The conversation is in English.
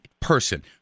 person